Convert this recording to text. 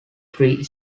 three